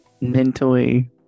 Mentally